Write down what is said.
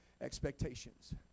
expectations